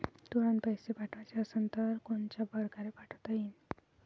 तुरंत पैसे पाठवाचे असन तर कोनच्या परकारे पाठोता येईन?